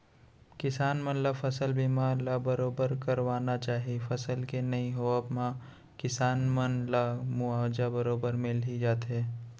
किसान मन ल फसल बीमा ल बरोबर करवाना चाही फसल के नइ होवब म किसान मन ला मुवाजा बरोबर मिल ही जाथे